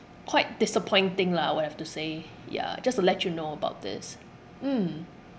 quite disappointing lah I would have to say ya just to let you know about this mm